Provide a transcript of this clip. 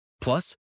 Plus